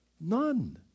none